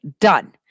done